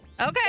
Okay